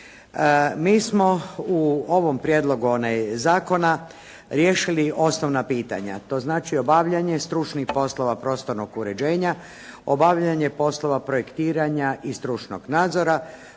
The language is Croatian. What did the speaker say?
Mi smo u ovom prijedlogu zakona riješili osnovna pitanja. To znači obavljanje stručnih poslova prostornog uređenja, obavljanje poslova projektiranja i stručnog nadzora,